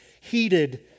heated